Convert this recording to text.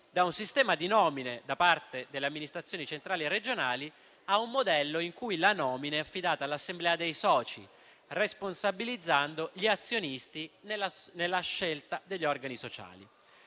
da un sistema di nomine da parte delle amministrazioni centrali e regionali a un modello in cui la nomina è affidata all'assemblea dei soci, responsabilizzando gli azionisti nella scelta degli organi sociali.